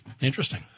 Interesting